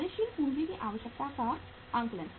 कार्यशील पूंजी की आवश्यकता का आकलन